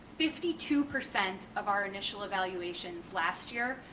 fifty two percent of our initial evaluations last year,